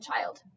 child